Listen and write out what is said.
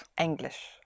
English